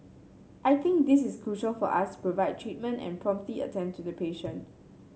I think this is crucial for us to provide treatment and promptly attend to the patient